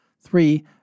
Three